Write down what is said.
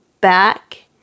back